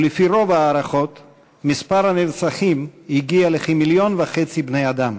ולפי רוב ההערכות מספר הנרצחים הגיע לכמיליון וחצי בני-אדם.